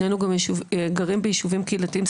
שנינו גרים ביישובים קהילתיים,